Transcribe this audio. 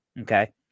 Okay